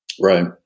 Right